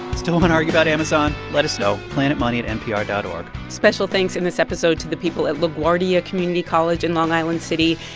still want to argue about amazon? let us know planetmoney at npr dot o r g special thanks in this episode to the people at laguardia community college in long island city,